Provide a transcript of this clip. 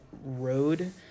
road